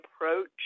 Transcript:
approach